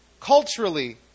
culturally